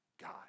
God